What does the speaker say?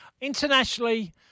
internationally